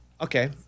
okay